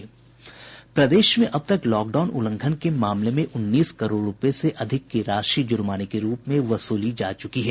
प्रदेश में अब तक लॉकडाउन उल्लंघन के मामले में उन्नीस करोड़ रुपये से अधिक की राशि जुर्माने के रूप में वसूली जा चुकी है